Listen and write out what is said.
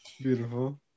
Beautiful